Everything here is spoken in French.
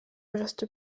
reste